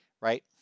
Right